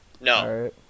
No